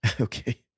Okay